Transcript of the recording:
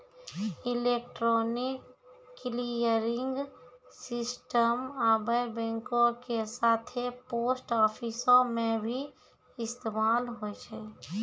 electronic clearing system आबे बैंको के साथे पोस्ट आफिसो मे भी इस्तेमाल होय छै